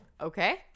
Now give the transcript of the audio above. Okay